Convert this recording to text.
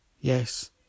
Yes